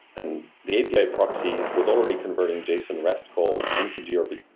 and the api proxy was already converting json rest calls into grpc,